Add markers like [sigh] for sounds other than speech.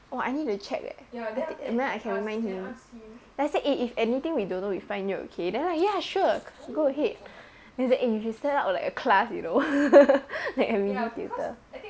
orh I need to check eh never mind I can remind him then I said eh if anything we don't know we find you okay then ah ya sure go ahead then say eh we should set up like a class you know [laughs] then let him tutor